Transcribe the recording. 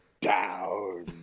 down